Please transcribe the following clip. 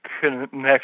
Connection